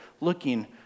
looking